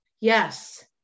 Yes